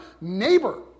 neighbor